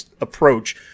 approach